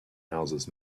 houses